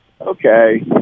okay